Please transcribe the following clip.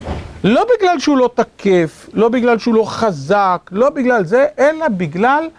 לא בגלל שהוא לא תקף, לא בגלל שהוא לא חזק, לא בגלל זה, אלא בגלל...